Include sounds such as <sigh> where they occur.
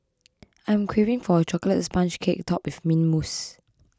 <noise> I am craving for a Chocolate Sponge Cake Topped with Mint Mousse